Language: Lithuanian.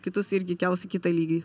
kitus irgi kels į kitą lygį